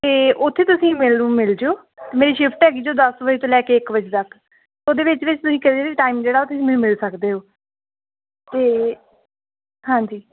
ਅਤੇ ਉੱਥੇ ਤੁਸੀਂ ਮੈਨੂੰ ਮਿਲ ਜਾਇਓ ਮੇਰੀ ਸ਼ਿਫਟ ਹੈਗੀ ਜੋ ਦਸ ਵਜੇ ਤੋਂ ਲੈ ਕੇ ਇੱਕ ਵਜੇ ਤੱਕ ਉਹਦੇ ਵਿੱਚ ਵਿੱਚ ਤੁਸੀਂ ਕਿਹੜੇ ਵੀ ਟਾਈਮ ਜਿਹੜਾ ਤੁਸੀਂ ਮੈਨੂੰ ਮਿਲ ਸਕਦੇ ਹੋ ਅਤੇ ਹਾਂਜੀ